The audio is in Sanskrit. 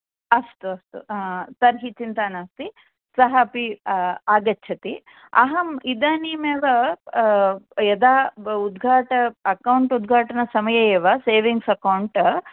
अस्तु तर्हि चिन्ता नास्ति सः अपि आगच्छति अहम् ईदानीम् एव यदा उद्घाट अकाउण्ट उद्घाटन समये एव सेविङ्ग्स अकाउण्टः